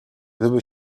gdyby